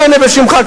אני אענה בשמך,